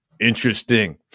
interesting